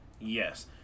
Yes